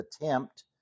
attempt